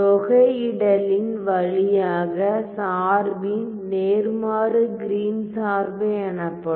தொகையிடலின் வழியாக சார்பின் நேர்மாறு கிரீன் Green's சார்பு எனப்படும்